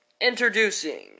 introducing